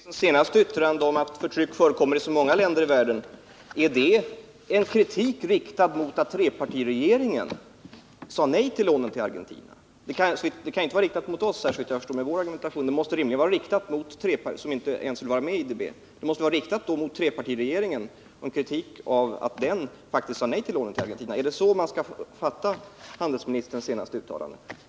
Herr talman! Är handelsministerns senaste yttrande, att förtryck förekommer i så många länder i världen, en kritik mot att trepartiregeringen sade nej till lånen till Argentina? Det kan inte vara riktat mot oss, såvitt jag förstår, med tanke på vår argumentation och att vi inte ens vill vara med i IDB, utan det måste vara riktat mot trepartiregeringen, därför att den faktiskt sade nej till lånen till Argentina. Är det så man skall fatta handelsministerns senaste uttalande?